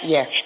Yes